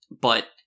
but-